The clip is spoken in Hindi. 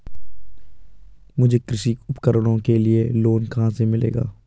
मुझे कृषि उपकरणों के लिए लोन कहाँ से मिलेगा?